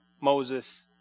Moses